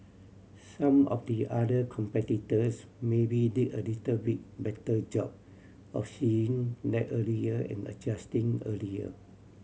some of the other competitors maybe did a little bit better job of seeing that earlier and adjusting earlier